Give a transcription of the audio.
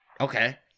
Okay